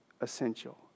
essential